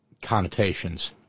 connotations